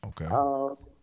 Okay